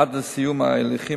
עד לסיום ההליכים